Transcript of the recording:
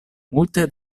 multe